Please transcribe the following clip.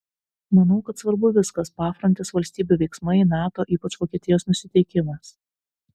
manau kad svarbu viskas pafrontės valstybių veiksmai nato ypač vokietijos nusiteikimas